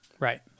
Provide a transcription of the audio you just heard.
Right